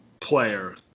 player